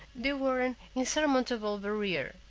they were an insurmountable barrier,